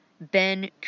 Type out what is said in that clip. Ben